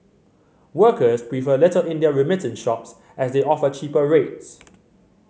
workers prefer Little India remittance shops as they offer cheaper rates